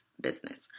business